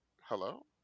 hello